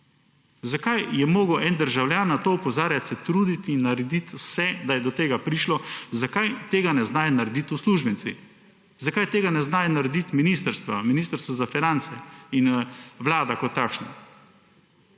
Zakaj je moral en državljan na to opozarjati, se truditi in narediti vse, da je do tega prišlo? Zakaj tega ne znajo narediti uslužbenci? Zakaj tega ne znajo narediti ministrstva, Ministrstvo za finance in Vlada kot takšna?